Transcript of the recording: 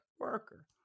worker